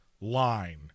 line